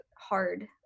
hard